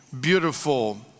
beautiful